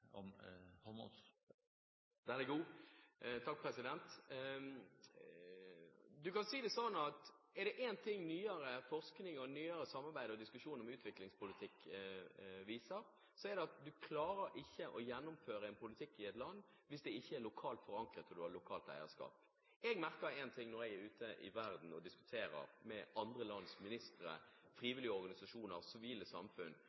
nyere samarbeid og diskusjon om utviklingspolitikk viser, så er det at du klarer ikke å gjennomføre en politikk i et land hvis det ikke er lokalt forankret og du har et lokalt eierskap. Jeg merker én ting når jeg er ute i verden og diskuterer med andre lands ministre, frivillige organisasjoner og sivile samfunn.